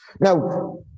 Now